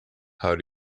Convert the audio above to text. how